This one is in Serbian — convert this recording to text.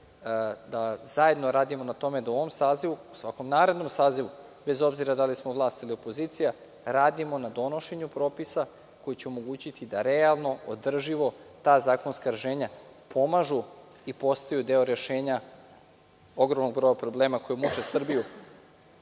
da zajedno radimo na tome da u ovom sazivu, svakom narednom sazivu, bez obzira da li smo vlast ili opozicija, radimo na donošenju propisa koji će omogućiti da realno održimo ta zakonska rešenja, pomažu i postaju deo rešenja ogromnog broja problema koji muče Srbiju,